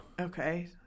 Okay